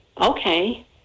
Okay